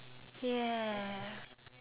ya